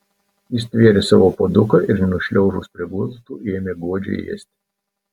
ji stvėrė savo puoduką ir nušliaužus prie gultų ėmė godžiai ėsti